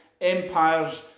empires